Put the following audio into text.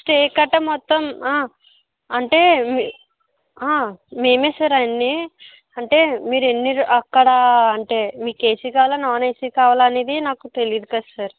stay కట్టా మొత్తం అంటే మీ మేమే సార్ అవన్నీ అంటే మీరు ఎన్ని రో అక్కడా అంటే మీకు ఏసీ కావాలా నాన్ ఏసీ కావాలా అనేది నాకు తెలీదు కద సార్